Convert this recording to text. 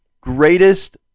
greatest